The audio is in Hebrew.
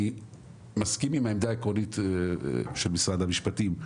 אני מסכים עם העמדה העקרונית של משרד המשפטים,